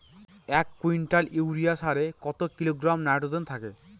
এক quintal urea সারে কত কিলোগ্রাম নাইট্রোজেন থাকে?